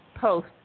post